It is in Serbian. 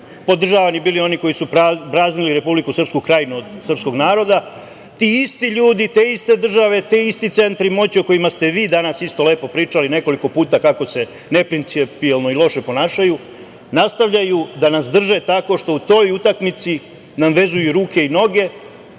podržavani oni koji su praznili Republiku Srpsku Krajnu od srpskog naroda. Ti isti ljudi, te iste države, ti isti centri moći o kojima ste vi danas isto lepo pričali nekoliko puta kako se neprincipijelno i loše ponašaju nastavljaju da nas drže tako što u toj utakmici nam vezuju i ruke i noge,